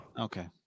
Okay